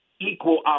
equal